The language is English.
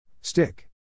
Stick